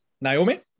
Naomi